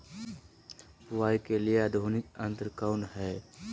बुवाई के लिए आधुनिक यंत्र कौन हैय?